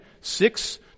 Six